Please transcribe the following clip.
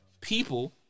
people